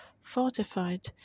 fortified